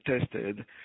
tested